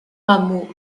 rameaux